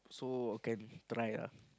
so I can try ah